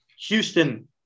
Houston